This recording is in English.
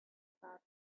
about